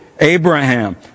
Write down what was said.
Abraham